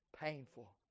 painful